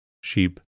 Sheep